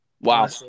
Wow